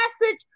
message